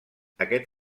aquest